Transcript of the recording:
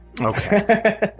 Okay